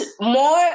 more